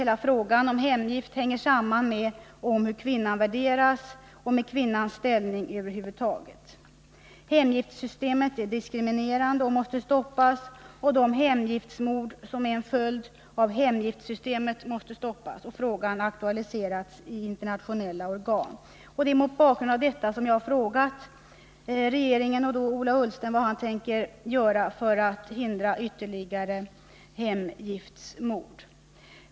Hela frågan om hemgift hänger samman med hur kvinnan värderas — med kvinnans ställning över huvud taget. Hemgiftssystemet är diskriminerande och måste stoppas, och de hemgiftsmord som är en följd av hemgiftssystemet måste stoppas och frågan aktualiseras i internationella organ. Det är mot bakgrund av detta jag har frågat Ola Ullsten vad man ämnar göra för att förhindra ytterligare hemgiftsmord.